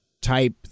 type